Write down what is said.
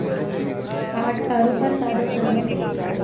ought कारों पर ताज़ा खबर